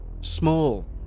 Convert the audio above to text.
Small